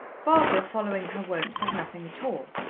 barbara, following her wont, said nothing at all,